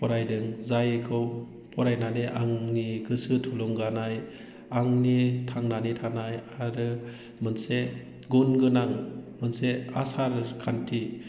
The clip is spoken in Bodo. फरायदों जायखौ फरायनानै आंनि गोसो थुलुंगानाय आंनि थांनानै थानाय आरो मोनसे गुन गोनां मोनसे आसार खान्थि